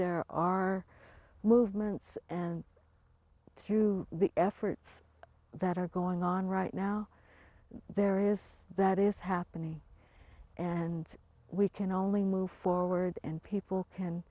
there are movements and through the efforts that are going on right now there is that is happening and we can only move forward and people can